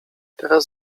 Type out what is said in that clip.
teraz